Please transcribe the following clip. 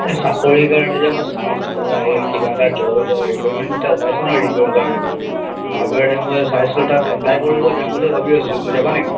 এই চাকৰিৰ কাৰণে যে মই চাই আছিলোঁ হা এই কিবা এটা জব এটা ৰিকুৱাৰমেণ্ট এটা ওলাইছে নহ্ ৰিগৰ কাৰণে তাৰ কাৰণে মই চাইছিলোঁ তাত এপ্লাই কৰিব যাম বুলি ভাবি আছিলোঁ তুমি যাবা নেকি